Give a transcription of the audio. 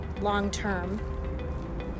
long-term